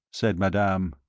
said madame.